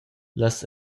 las